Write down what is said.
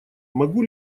могу